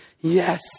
yes